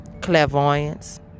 clairvoyance